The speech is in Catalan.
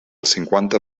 cinquanta